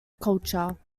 culture